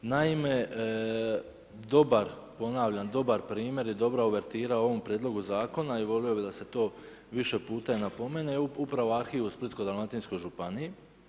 Naime, dobar, ponavljam, dobar primjer i dobra uvertira ovom prijedlogu zakona i volio bi da se to više puta i napomene je upravo arhiv u Splitsko-dalmatinskoj županiji.